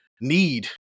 need